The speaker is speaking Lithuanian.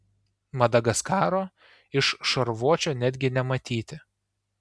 madagaskaro iš šarvuočio netgi nematyti